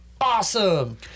awesome